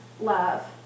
love